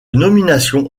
nomination